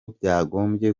byagombye